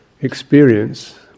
experience